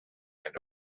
and